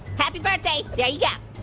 happy birthday, yeah yeah